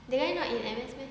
the guy not in M_S meh